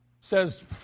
says